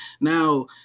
Now